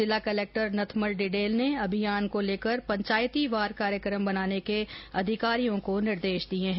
जिला कलेक्टर नथमल डिडेल ने अभियान को लेकर पंचायतीवार कार्यकम बनाने के अधिकारियों को निर्देश दिए हैं